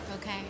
Okay